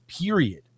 period